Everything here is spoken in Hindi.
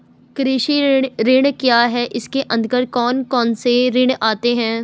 कृषि ऋण क्या है इसके अन्तर्गत कौन कौनसे ऋण आते हैं?